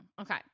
Okay